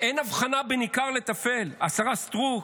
אין הבחנה בין עיקר לטפל, השרה סטרוק,